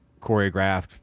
choreographed